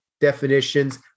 definitions